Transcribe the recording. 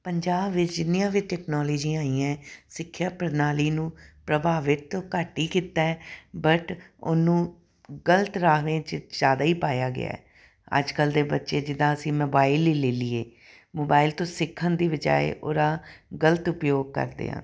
ਪੰਜਾਬ ਵਿੱਚ ਜਿੰਨੀਆਂ ਵੀ ਟੈਕਨੋਲੋਜੀ ਆਈਆਂ ਸਿੱਖਿਆ ਪ੍ਰਣਾਲੀ ਨੂੰ ਪ੍ਰਭਾਵਿਤ ਤਾਂ ਘੱਟ ਹੀ ਕੀਤਾ ਬਟ ਉਹਨੂੰ ਗਲਤ ਰਾਹ 'ਚ ਜ਼ਿਆਦਾ ਹੀ ਪਾਇਆ ਗਿਆ ਅੱਜ ਕੱਲ੍ਹ ਦੇ ਬੱਚੇ ਜਿੱਦਾਂ ਅਸੀਂ ਮੋਬਾਈਲ ਹੀ ਲੈ ਲਈਏ ਮੋਬਾਈਲ ਤੋਂ ਸਿੱਖਣ ਦੀ ਬਜਾਏ ਉਹਦਾ ਗਲਤ ਉਪਯੋਗ ਕਰਦੇ ਆ